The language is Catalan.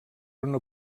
una